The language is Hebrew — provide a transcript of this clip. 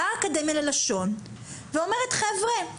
באה האקדמיה ללשון ואומרת: חבר'ה,